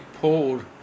Pulled